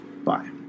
bye